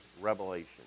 Revelation